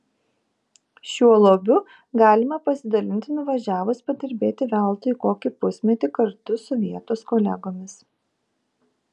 šiuo lobiu galima pasidalinti nuvažiavus padirbėti veltui kokį pusmetį kartu su vietos kolegomis